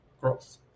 growth